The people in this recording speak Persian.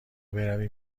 برویم